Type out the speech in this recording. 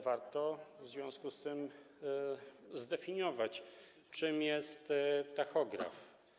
Warto w związku z tym zdefiniować, czym jest tachograf.